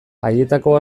haietako